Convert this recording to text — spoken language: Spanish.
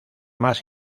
más